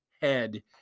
head